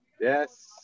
Yes